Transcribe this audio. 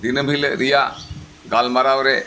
ᱫᱤᱱᱟᱹᱢ ᱦᱤᱞᱳᱜ ᱨᱮᱭᱟᱜ ᱜᱟᱞᱢᱟᱨᱟᱣ ᱨᱮ